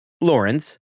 Lawrence